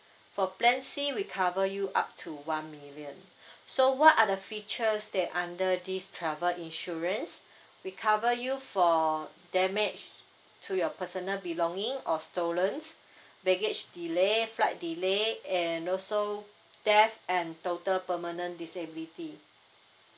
for plan c we cover you up to one million so what are the features that under this travel insurance we cover you for damage to your personal belonging or stolen baggage delay flight delay and also death and total permanent disability